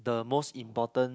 the most important